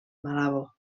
malabo